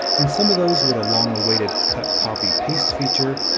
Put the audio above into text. and some of those were the long-awaited cut, copy, paste feature,